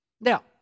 Now